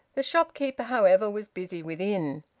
the shopkeeper, however, was busy within.